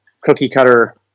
cookie-cutter